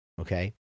Okay